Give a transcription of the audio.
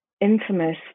infamous